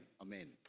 Amen